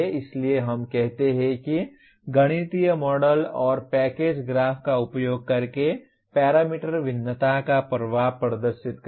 इसलिए हम कहते हैं कि गणितीय मॉडल और पैकेज ग्राफ का उपयोग करके पैरामीटर भिन्नता का प्रभाव प्रदर्शित करें